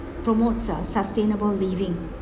promotes sus~ sustainable living